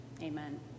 Amen